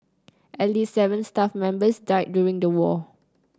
at least seven staff members died during the war